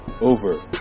over